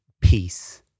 peace